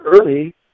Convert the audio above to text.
early